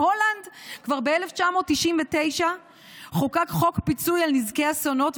בהולנד כבר ב-1999 חוקק חוק פיצוי על נזקי אסונות,